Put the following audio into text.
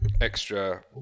extra